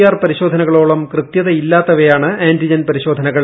R പരിശോധനകളോളം കൃത്യതയില്ലാത്തവയാണ് antigen പരിശോധനകൾ